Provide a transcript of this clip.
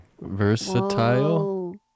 Versatile